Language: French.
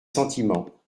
sentiments